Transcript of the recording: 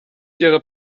ihrer